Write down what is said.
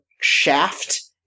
shaft